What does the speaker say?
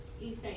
East